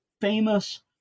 famous